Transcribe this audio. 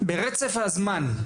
ברצף הזמן,